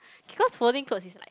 because folding clothes is like